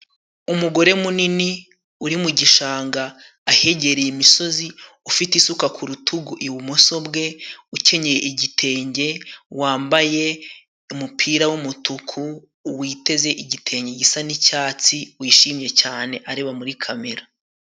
Umugore munini uri mu gishanga ahegereye imisozi, ufite isuka ku rutugu ibumoso bwe, ukenyeye igitenge, wambaye umupira w'umutuku, witeze igitenge gisa n'icyatsi wishimye cyane areba muri kamera.